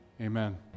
Amen